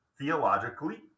Theologically